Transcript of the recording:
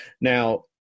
now